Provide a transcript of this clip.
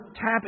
tap